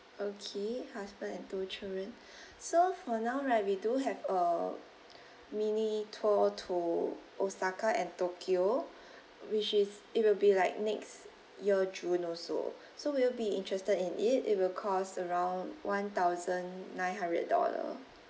okay husband and two children so for now right we do have a mini tour to osaka and tokyo which is it will be like next year june also so will you be interested in it it will cost around one thousand nine hundred dollars